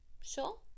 sure